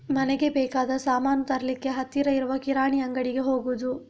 ಮನೆಗೆ ಬೇಕಾದ ಸಾಮಾನು ತರ್ಲಿಕ್ಕೆ ಹತ್ತಿರ ಇರುವ ಕಿರಾಣಿ ಅಂಗಡಿಗೆ ಹೋಗುದು